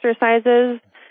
exercises